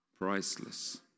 Priceless